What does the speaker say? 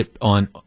on